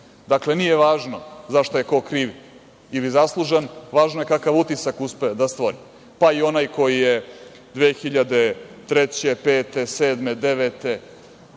bolje. Dakle, nije važno za šta je ko kriv ili zaslužan, važno je kakav je utisak uspeo da stvori, pa i onaj koji je 2003, 2005,